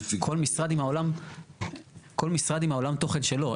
כל משרד עם עולם התוכן שלו.